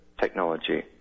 technology